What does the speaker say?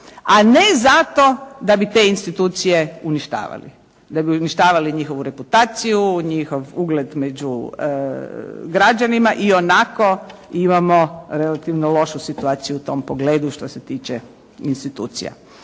a ne zato da bi te institucije uništavali. Da bi uništavali njihovu reputaciju, njihov ugled među građanima i onako imamo relativno lošu situaciju u tom pogledu što se tiče institucija.